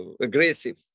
aggressive